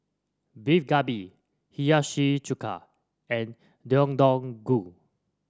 Beef Galbi Hiyashi Chuka and Deodeok Gui